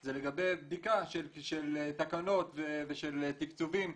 זה לגבי בדיקה של תקנות ושל תקצובים,